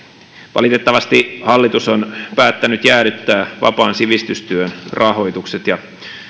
valitettavasti hallitus on päättänyt jäädyttää vapaan sivistystyön rahoitukset ja